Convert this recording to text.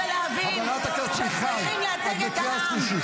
חברת הכנסת מיכל, את בקריאה שלישית.